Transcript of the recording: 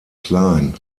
klein